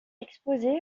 exposés